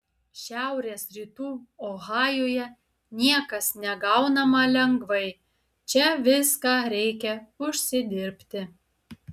šiaurės rytų ohajuje niekas negaunama lengvai čia viską reikia užsidirbti